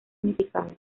unificado